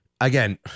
again